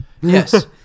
Yes